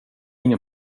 ingen